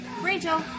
Rachel